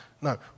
No